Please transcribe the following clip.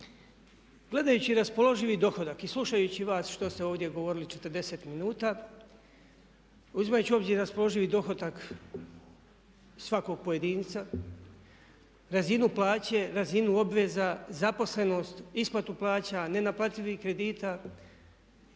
Gledajući raspoloživi dohodak i slušajući vas što ste ovdje govorili 40 minuta, uzimajući u obzir raspoloživi dohodak svakog pojedinca, raznu plaće, razinu obveza, zaposlenost, isplatu plaća, nenaplativih kredita